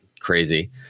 crazy